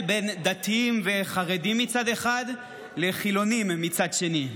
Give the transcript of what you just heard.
בין דתיים וחרדים מצד אחד לחילונים מצד שני.